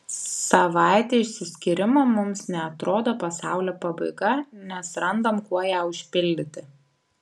savaitė išsiskyrimo mums neatrodo pasaulio pabaiga nes randam kuo ją užpildyti